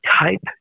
type